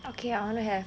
okay I want to have